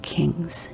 kings